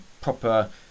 proper